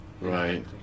Right